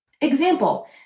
Example